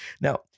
Now